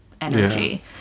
energy